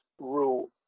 rule